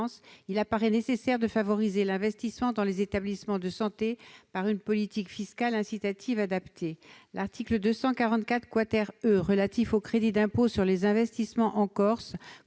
il apparaît nécessaire de favoriser l'investissement dans les établissements de santé, par une politique fiscale incitative adaptée. L'article 244 E du code général des impôts, relatif au crédit d'impôt pour les investissements en Corse,